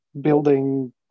building